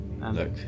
look